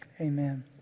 Amen